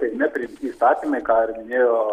seime priimti įstatymai ką ir minėjo